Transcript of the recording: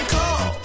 call